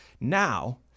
now